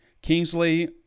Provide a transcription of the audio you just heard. Kingsley